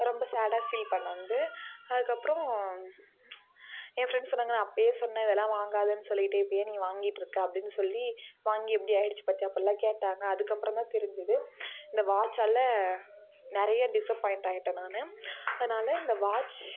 ரொம்ப சேடாக ஃபீல் பண்ண வந்து அதுக்கப்புறோம் என் ஃரெண்ட்ஸ் சொன்னாங்க நான் அப்பயே சொன்ன இதெல்லாம் வாங்காதன்னு சொல்லிவிட்டு இப்போ ஏன் நீ வாங்கிட்டுருக்க அப்படின்னு சொல்லி வாங்கி எப்படி ஆயிடுச்சு பார்த்தியா அப்படிலாம் கேட்டாங்க அதுக்கப்புறம் தான் தெரிஞ்சிது இந்த வாட்சால் நிறைய டிசபாயிண்டாயிட்டேன் நான் அதனால் இந்த வாட்ச்